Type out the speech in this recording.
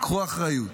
קחו אחריות.